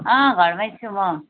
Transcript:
घरमा छु म